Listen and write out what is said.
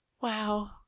Wow